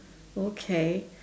okay